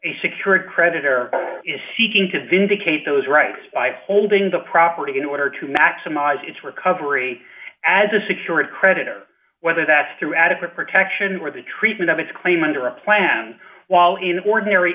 a secure a creditor is seeking to vindicate those rights by holding the property in order to maximize its recovery as a secured credit or whether that's through adequate protection or the treatment of its claim under a plan while in ordinary